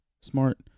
smart